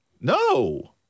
No